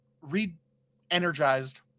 re-energized